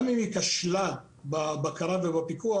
גם אם היא כשלה בבקרה ובפיקוח,